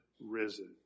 risen